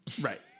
Right